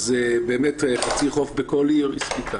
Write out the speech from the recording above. אז באמת חצי חוף בכל עיר הספיק.